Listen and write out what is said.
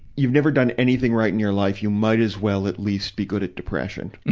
you've never done anything right in your life you might as well at least be good at depression.